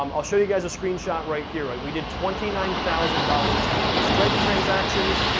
um i'll show you guys a screenshot right here, we did twenty nine thousand dollars in stripe transactions,